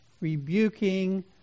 rebuking